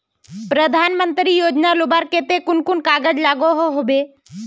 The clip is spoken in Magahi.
प्रधानमंत्री योजना लुबार केते कुन कुन कागज लागोहो होबे?